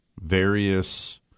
various